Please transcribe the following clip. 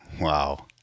Wow